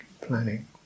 planning